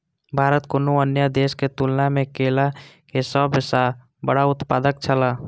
भारत कुनू अन्य देश के तुलना में केला के सब सॉ बड़ा उत्पादक छला